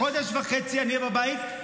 חודש וחצי אני אהיה בבית,